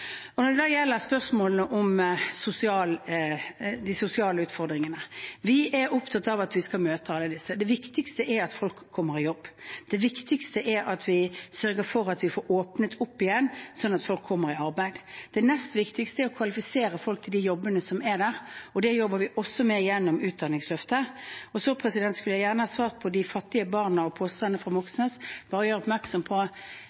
Når det gjelder spørsmål om de sosiale utfordringene, er vi opptatt av at vi skal møte alle disse. Det viktigste er at folk kommer i jobb. Det viktigste er at vi sørger for at vi får åpnet opp igjen, slik at folk kommer i arbeid. Det nest viktigste er å kvalifisere folk til de jobbene som er der, og det jobber vi også med, gjennom utdanningsløftet. Jeg skulle gjerne svart på det som gjelder de fattige barna og påstandene fra Moxnes, men jeg vil bare gjøre oppmerksom på